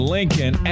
Lincoln